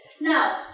Now